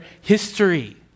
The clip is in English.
history